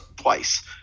twice